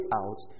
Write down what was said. out